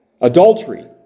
Adultery